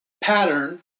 pattern